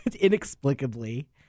Inexplicably